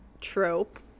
trope